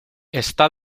está